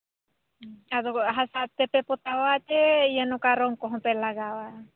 ᱟᱫᱚ ᱦᱟᱥᱟ ᱛᱮᱯᱮ ᱯᱚᱛᱟᱣᱟ ᱪᱮ ᱱᱚᱝᱠᱟ ᱨᱚᱝ ᱠᱚᱦᱚᱸ ᱯᱮ ᱞᱟᱜᱟᱣᱟ